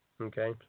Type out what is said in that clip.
Okay